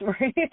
right